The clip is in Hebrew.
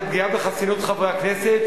זה פגיעה בחסינות חברי הכנסת,